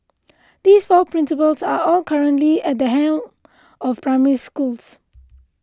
these four principals are all currently at the helm of Primary Schools